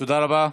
תודה רבה.